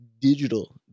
digital